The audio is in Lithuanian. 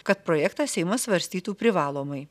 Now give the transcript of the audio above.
kad projektą seimas svarstytų privalomai